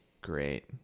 great